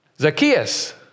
Zacchaeus